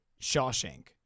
Shawshank